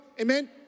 Amen